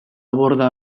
borda